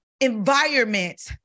environment